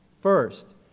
First